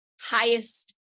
highest